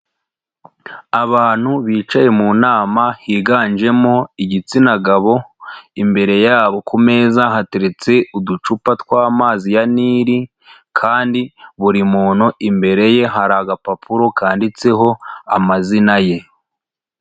Abantu bicaye mu nama higanjemo igitsina gabo, imbere yabo ku meza hateretse uducupa tw'amazi ya Nili kandi buri muntu imbere ye hari agapapuro kanditseho amazina ye.